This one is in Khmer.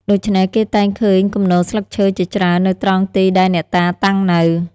ដូច្នេះ គេតែងឃើញគំនរស្លឹកឈើជាច្រើននៅត្រង់ទីដែលអ្នកតាតាំងនៅ។